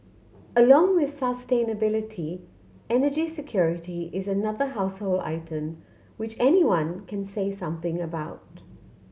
along with sustainability energy security is another household term which anyone can say something about